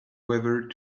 whether